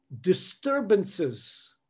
disturbances